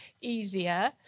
easier